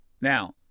Now